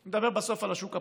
אני מדבר בסוף על השוק הפרטי: